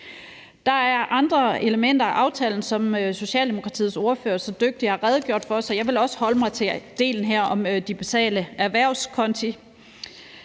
Der er andre elementer af aftalen, som Socialdemokratiets ordfører så dygtigt har redegjort for, så jeg vil også holde mig til delen her om digitale erhvervskonti.